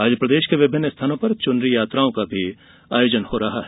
आज प्रदेश के विभिन्न स्थानों पर चुनरी यात्राओं का भी आयोजन हो रहा है